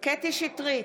קטי קטרין שטרית,